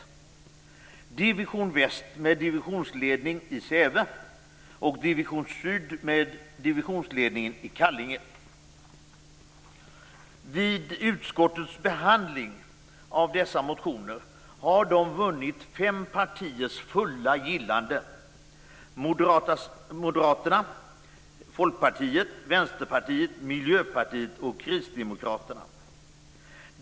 Division väst skall ha divisionsledning i Säve och Division syd divisionsledning i Kallinge. Vid utskottets behandling av dessa motioner vann de fem partiers fulla gillande: Moderaterna, Folkpartiet, Vänsterpartiet, Miljöpartiet och Kristdemokraterna.